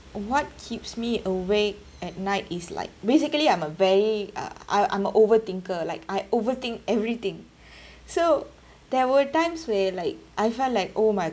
what keeps me awake at night is like basically I'm a very uh I I'm a overthinker like I overthink everything so there were times where like I felt like oh my